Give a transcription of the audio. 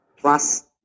plus